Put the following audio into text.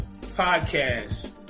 podcast